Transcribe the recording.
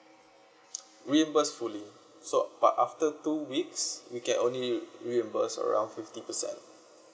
reimburse fully so but after two weeks we can only reimburse around fifty percent